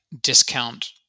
discount